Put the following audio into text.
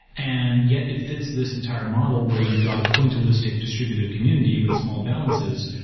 and yet it's it's this entire model where you've got a pointillistic distributed community with small balances.